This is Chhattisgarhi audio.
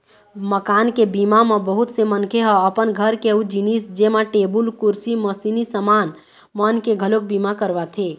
मकान के बीमा म बहुत से मनखे ह अपन घर के अउ जिनिस जेमा टेबुल, कुरसी, मसीनी समान मन के घलोक बीमा करवाथे